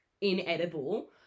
inedible